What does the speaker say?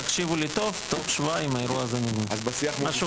"תקשיבו לי טוב תוך שבועיים האירוע הזה נגמר" משהו כזה.